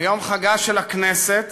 ביום חגה של הכנסת,